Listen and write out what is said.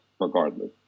regardless